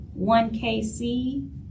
1KC